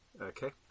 Okay